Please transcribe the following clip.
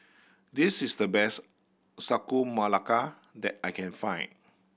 this is the best Sagu Melaka that I can find